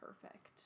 perfect